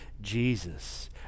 Jesus